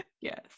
Yes